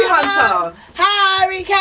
Harry